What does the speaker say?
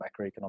macroeconomic